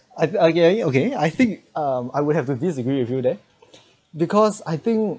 uh okay okay I think um I would have disagree with you there because I think